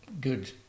good